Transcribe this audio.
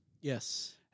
Yes